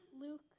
Luke